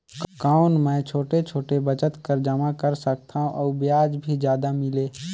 कौन मै छोटे छोटे बचत कर जमा कर सकथव अउ ब्याज भी जादा मिले?